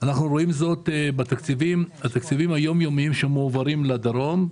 אנחנו רואים זאת בתקציבים היום יומיים שמועברים לדרום,